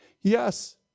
Yes